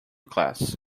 class